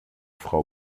frau